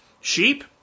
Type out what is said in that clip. Sheep